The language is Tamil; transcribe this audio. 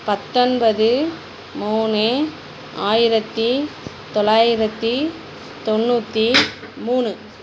பத்தொன்பது மூணு ஆயிரத்தி தொள்ளாயிரத்தி தொண்ணூற்றி மூணு